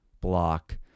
Block